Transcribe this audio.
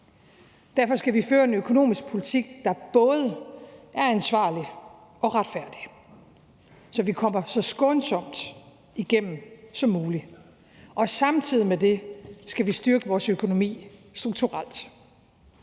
Derfor skal vi føre en økonomisk politik, der både er ansvarlig og retfærdig, så vi kommer så skånsomt igennem som muligt. Og samtidig med det skal vi styrke vores økonomi strukturelt.